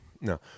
No